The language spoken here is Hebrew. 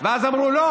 ואז אמרו: לא.